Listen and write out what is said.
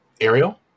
Ariel